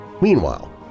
Meanwhile